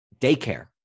daycare